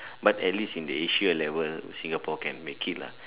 but at least in the Asia level Singapore can make it lah